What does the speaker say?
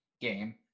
game